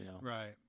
Right